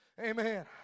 Amen